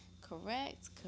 correct